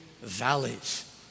valleys